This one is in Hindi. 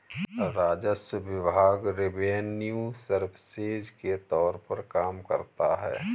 राजस्व विभाग रिवेन्यू सर्विसेज के तौर पर काम करता है